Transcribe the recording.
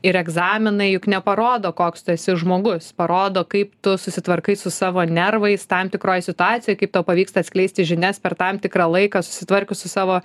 ir egzaminai juk neparodo koks tu esi žmogus parodo kaip tu susitvarkai su savo nervais tam tikroj situacijoj kaip tau pavyksta atskleisti žinias per tam tikrą laiką susitvarkius su savo